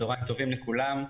צהריים טובים לכולם.